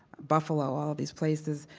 buffalo, all of these places,